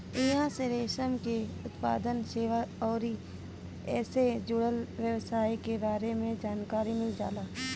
इहां से रेशम के उत्पादन, सेवा अउरी एसे जुड़ल व्यवसाय के बारे में जानकारी मिल जाला